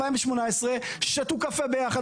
2016-2018. שתו קפה ביחד,